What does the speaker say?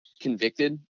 convicted